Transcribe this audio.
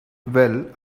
well